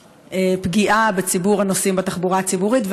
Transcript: פגיעה בציבור הנוסעים בתחבורה הציבורית,